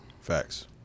Facts